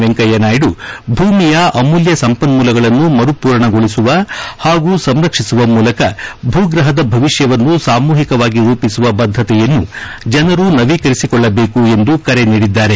ವೆಂಕಯ್ಯ ನಾಯ್ದು ಭೂಮಿಯ ಅಮೂಲ್ತ ಸಂಪನ್ನೂಲಗಳನ್ನು ಮರುಪೂರಣಗೊಳಿಸುವ ಹಾಗೂ ಸಂರಕ್ಷಿಸುವ ಮೂಲಕ ಭೂ ಗ್ರಹದ ಭವಿಷ್ಣವನ್ನು ಸಾಮೂಹಿಕವಾಗಿ ರೂಪಿಸುವ ಬದ್ದಕೆಯನ್ನು ಜನರು ನವೀಕರಿಸಿಕೊಳ್ಳಬೇಕು ಎಂದು ಕರೆ ನೀಡಿದ್ದಾರೆ